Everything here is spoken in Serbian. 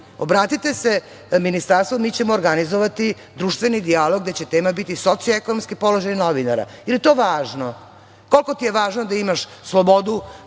obratite se Ministarstvu, mi ćemo organizovati društveni dijalog gde će tema biti socio-ekonomski položaj novinara, jer je to važno. Koliko ti je važno da imaš slobodu